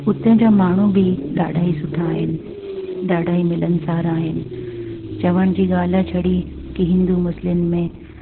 उतां जा माण्हू बि ॾाढा ही सुठा आहिनि ॾाढा ही मिलनि सार आहिनि चवण जी ॻाल्हि आहे छड़ी कि हिंदु मुस्लिम में